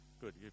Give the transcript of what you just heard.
Good